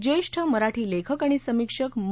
ज्येष्ठ मराठी लेखक आणि समीक्षक म